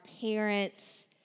parents